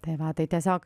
tai va tai tiesiog